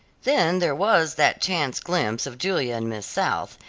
then there was that chance glimpse of julia and miss south,